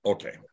Okay